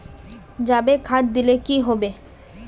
जाबे खाद दिले की होबे?